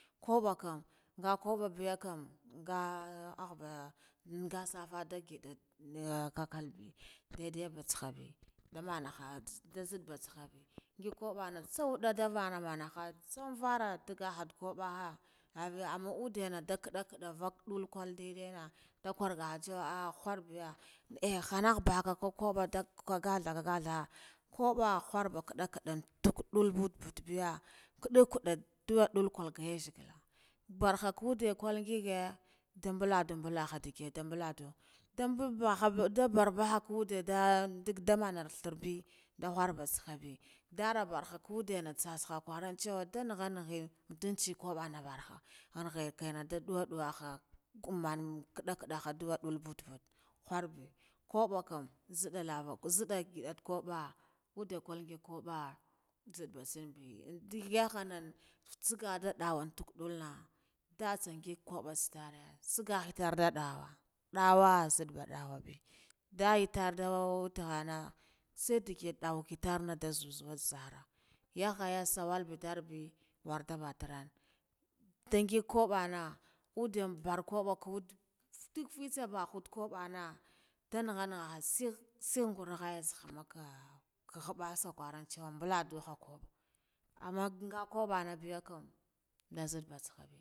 Kubba kam nga kabba biyakom nga ahba ngasakan ndakin niya kakalbe ndedai ba tsahabe nda manaha nzidda ba tsahabe ngig kabbana tsau nda mana mana tsonvara ndagaha kubbaha ngabe, amma uddena da kadda kadda vak dal daidai na nda kargahan ciwa khurbiya eh nakha kah kabbo dak kah gaka da gaka kubba khurba ga kaddan kaddan, tugdul vute vutt biya kaddu kadda duye kulga yazegala barha kadde kal ngige nda mbuda mbala nda bunbadu nda barbaha kade nda dak damana tharbe nda khurbe tsahaɓe ndara bnosha kudena tsatsoha kuran ciwa da nagha naghen danci kubba nabaranha henye kaina du duwa duwaha kan man dadda kaddaha duwa butved khurbe, kubba kagi nga kubba nzidda ba tsa be ndig yahannan khatsigan da nawan kudalna ndatsa ngig kubba tserare sagga ngidanta dawa dawa nzidda ba dawabe nda yetar dowu taghanu tsedigi dawu kitar nda zuzuwan zarra, yakhaya sawal be torbe worda batorrane nda ngig kubbana udde mbor kuba dak duk fitser bahadde kubbana nda nagha nagha sig sign ngur ngurkhaya tse makka khappa kuran ciwa amman nga kabbane biya kam